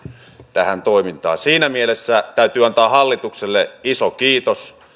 tähän toimintaan siinä mielessä täytyy antaa hallitukselle iso kiitos